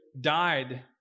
died